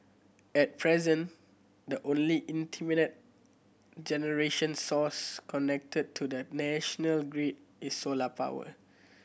at present the only intermittent generation source connected to the national grid is solar power